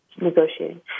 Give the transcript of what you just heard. negotiating